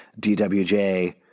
DWJ